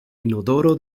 inodoro